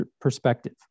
perspective